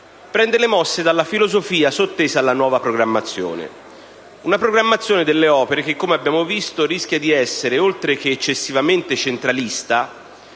prende le mosse dalla filosofia sottesa alla nuova programmazione. Una programmazione delle opere che, come abbiamo visto, rischia di essere, oltre che eccessivamente centralista,